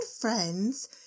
friends